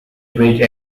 bridge